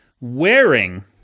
wearing